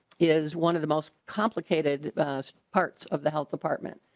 is one of the most complicated us parts of the health department.